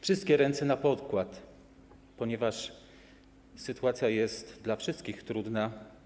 Wszystkie ręce na pokład, ponieważ sytuacja jest dla wszystkich trudna.